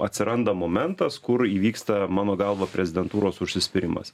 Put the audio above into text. atsiranda momentas kur įvyksta mano galva prezidentūros užsispyrimas